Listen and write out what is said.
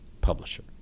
publisher